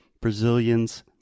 Brazilians